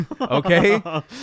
okay